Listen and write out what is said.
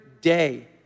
day